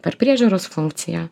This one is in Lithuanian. per priežiūros funkciją